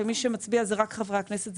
ומי שמצביע זה רק חברי הכנסת,